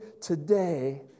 today